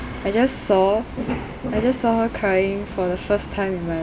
I just saw I just saw her crying for the first time in my